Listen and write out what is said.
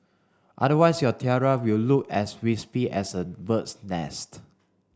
otherwise your tiara will look as wispy as a bird's nest